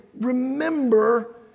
remember